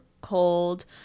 cold